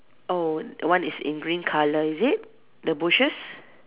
oh one is in green colour is it the bushes